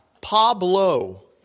Pablo